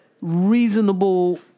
Reasonable